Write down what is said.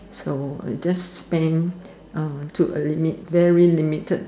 so I just spent uh to a limit very limited